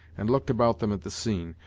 and looked about them at the scene,